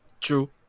True